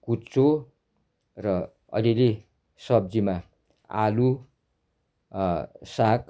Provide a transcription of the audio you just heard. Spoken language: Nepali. कुच्चो र अलिअलि सब्जीमा आलु साग